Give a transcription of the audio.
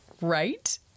Right